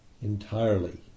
Entirely